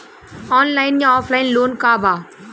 Online या offline loan का बा?